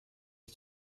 die